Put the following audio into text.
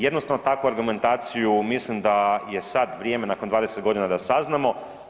Jednostavno takvu argumentaciju mislim da je sad vrijeme nakon 20 godina da saznamo.